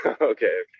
Okay